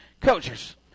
Coaches